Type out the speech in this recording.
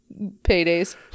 paydays